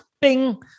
Bing